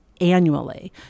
annually